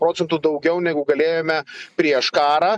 procentų daugiau negu galėjome prieš karą